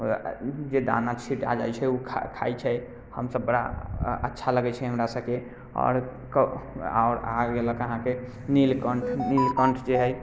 ई जे दाना छिँटा जाइत छै ओ खा खाइ छै हमसब बड़ा अच्छा लगैत छै हमरासभके आओर क आओर आ गेलक अहाँके नीलकण्ठ नीलकण्ठ जे हइ